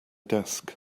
desk